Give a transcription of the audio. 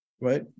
right